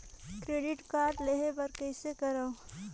Credit card लेहे बर कइसे करव?